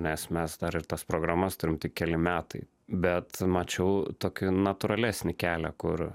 nes mes dar ir tas programas turim tik keli metai bet mačiau tokį natūralesnį kelią kur